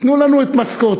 תנו לנו את משכורתנו,